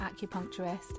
acupuncturist